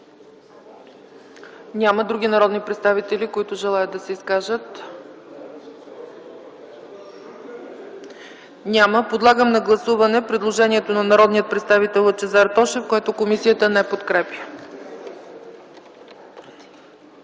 ли други народни представители, които желаят да се изкажат? Няма. Подлагам на гласуване предложението на народния представител Лъчезар Тошев, което комисията не подкрепя.